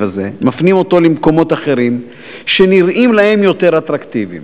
הזה ומפנים אותו למקומות אחרים שנראים להם יותר אטרקטיביים.